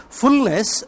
fullness